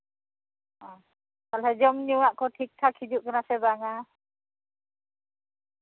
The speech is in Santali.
ᱛᱟᱦᱚᱞᱮ ᱡᱚᱢ ᱧᱩᱣᱟᱜ ᱠᱚ ᱴᱷᱤᱠ ᱴᱷᱟᱠ ᱦᱤᱡᱩᱜ ᱠᱟᱱᱟ ᱥᱮ ᱵᱟᱝᱟ